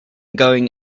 going